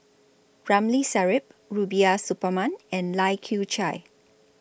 Ramli Sarip Rubiah Suparman and Lai Kew Chai